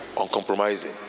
uncompromising